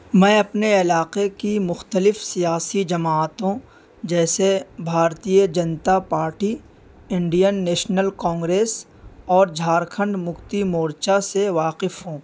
میں اپنے علاقے کی مختلف سیاسی جماعتوں جیسے Bharatiya Janata Party Indian National Congress اور جھارکھنڈ مکتی مورچہ سے واقف ہوں